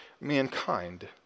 mankind